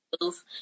move